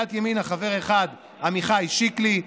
מסיעת ימינה חבר אחד: עמיחי שקלי,